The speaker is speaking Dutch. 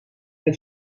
het